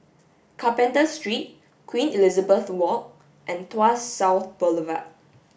Carpenter Street Queen Elizabeth Walk and Tuas South Boulevard